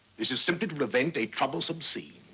this is simply to prevent a troublesome scene.